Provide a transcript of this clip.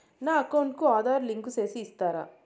నా అకౌంట్ కు ఆధార్ లింకు సేసి ఇస్తారా?